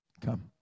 come